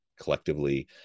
collectively